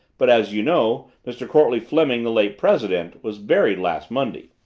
but, as you know, mr. courtleigh fleming, the late president, was buried last monday.